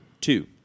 two